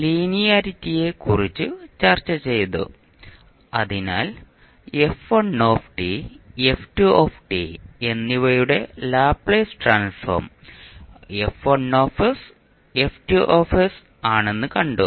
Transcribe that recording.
ലീനിയറിറ്റിയെക്കുറിച്ച് ചർച്ചചെയ്തു അതിനാൽ f1 f2 എന്നിവയുടെ ലാപ്ലേസ് ട്രാൻസ്ഫോം F1 F2 ആണെന്ന് കണ്ടു